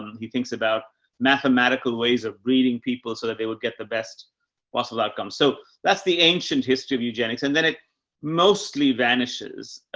he thinks about mathematical ways of reading people so that they would get the best lots of outcomes. so that's the ancient history of eugenics. and then it mostly vanishes,